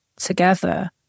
together